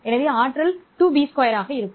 எனவே ஆற்றல் 2 b2 ஆகும்